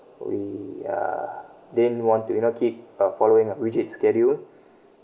we uh didn't want to you know keep uh following a rigid schedule